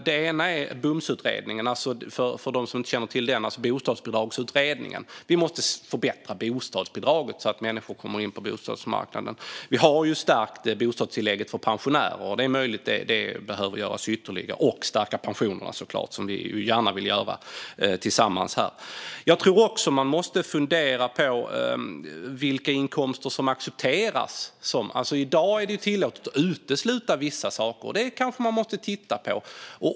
Det gjordes en utredning om bostadsbidraget, och vi måste förbättra det så att människor kommer in på bostadsmarknaden. Vi har stärkt bostadstillägget för pensionärer, och det är möjligt att det behöver göras ytterligare. Vi vill ju också gärna stärka pensionerna tillsammans med er. Man måste också fundera på vilka inkomster som accepteras. I dag är det tillåtet att utesluta vissa inkomster, och det måste man kanske titta på.